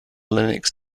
linux